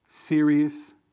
Serious